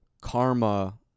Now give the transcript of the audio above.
karma